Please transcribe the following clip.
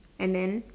and then